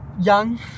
young